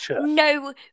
no